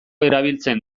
erabiltzen